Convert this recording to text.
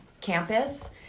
campus